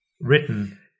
written